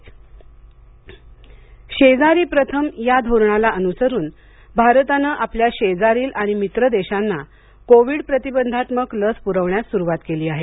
Covid लस शेजारी देश शेजारी प्रथम या धोरणाला अनुसरून भारताने आपल्या शेजारील आणि मित्र देशांना कोविड प्रतिबंधात्मक लस पुरवण्यास सुरुवात केली आहे